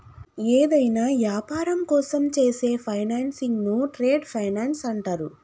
యేదైనా యాపారం కోసం చేసే ఫైనాన్సింగ్ను ట్రేడ్ ఫైనాన్స్ అంటరు